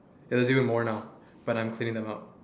ya there is even more right now but I am cleaning them up